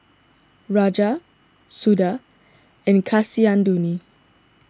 Raja Suda and Kasinadhuni